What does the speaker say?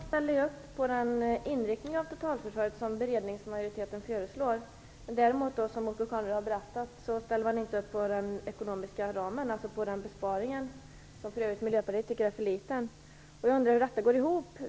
Fru talman! Kristdemokraterna ställer upp på den inriktning av totalförsvaret som beredningens majoritet föreslår, men som Åke Carnerö berättade ställer man däremot inte upp på den ekonomiska ramen, dvs. på besparingen, som vi i Miljöpartiet för övrigt anser vara för liten. Jag undrar hur detta går ihop.